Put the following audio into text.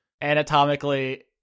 Anatomically